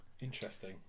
Interesting